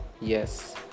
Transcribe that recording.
yes